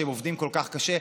כשהם עובדים כל כך קשה,